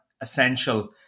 essential